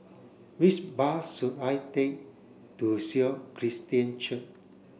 which bus should I take to Sion Christian Church